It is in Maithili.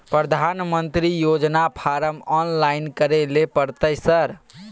प्रधानमंत्री योजना फारम ऑनलाइन करैले परतै सर?